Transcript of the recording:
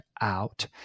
out